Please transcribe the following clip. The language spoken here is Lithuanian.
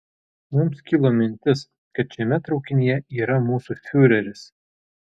mums kilo mintis kad šiame traukinyje yra mūsų fiureris